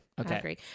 Okay